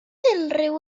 unrhyw